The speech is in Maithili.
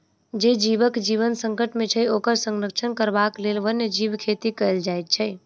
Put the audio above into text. जे जीवक जीवन संकट मे छै, ओकर संरक्षण करबाक लेल वन्य जीव खेती कयल जाइत छै